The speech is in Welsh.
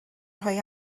rhoi